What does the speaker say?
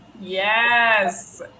Yes